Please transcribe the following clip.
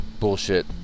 bullshit